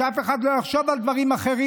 שאף אחד לא יחשוב על דברים אחרים.